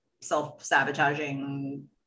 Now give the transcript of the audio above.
self-sabotaging